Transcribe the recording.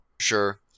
Sure